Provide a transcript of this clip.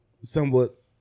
somewhat